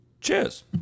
Cheers